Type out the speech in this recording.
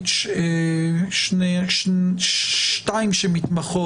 שזו בעיה בפני עצמה,